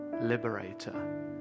liberator